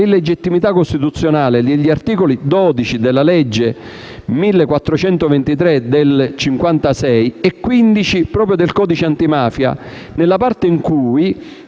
l'illegittimità costituzionale degli articoli 12 della legge n. 1423 del 1956 e 15 del codice antimafia, nella parte «in cui